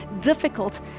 difficult